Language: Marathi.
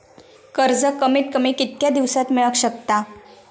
कर्ज कमीत कमी कितक्या दिवसात मेलक शकता?